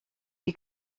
die